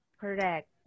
Correct